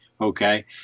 okay